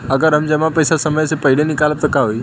अगर हम जमा पैसा समय से पहिले निकालब त का होई?